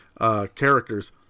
characters